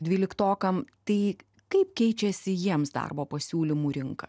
dvyliktokam tai kaip keičiasi jiems darbo pasiūlymų rinka